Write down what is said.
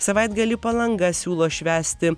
savaitgalį palanga siūlo švęsti